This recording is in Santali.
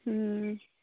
ᱦᱮᱸ